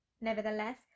Nevertheless